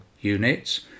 units